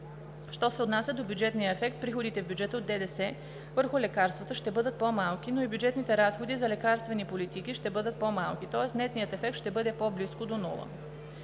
Що се отнася до бюджетния ефект – приходите в бюджета от ДДС върху лекарствата ще бъдат по-малки, но и бюджетните разходи за лекарствени политики ще бъдат по-малки, тоест нетният ефект ще бъде по-близко до